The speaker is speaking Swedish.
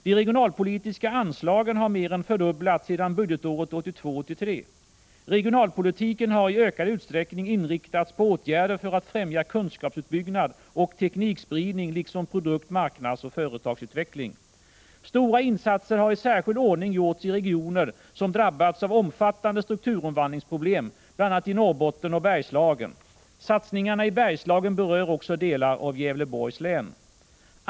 De regionalpolitiska anslagen har mer än fördubblats sedan budgetåret 1982/83. Regionalpolitiken har i ökad utsträckning inriktats på åtgärder för att fträmja kunskapsuppbyggnad och teknikspridning liksom produkt-, marknadsoch företagsutveckling. Stora insatser har i särskild ordning gjorts i regioner som drabbats av omfattande strukturomvandlingsproblem, bl.a. Norrbotten och Bergslagen. Satsningarna i Bergslagen berör också delar av Gävleborgs län.